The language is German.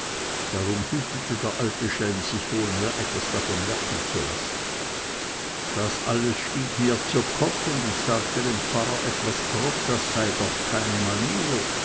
darum hütete der alte schelm sich wohl mir etwas davon merken zu lassen das alles stieg mir zu kopf und ich sagte dem pfarrer etwas grob das sei doch keine manier